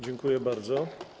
Dziękuję bardzo.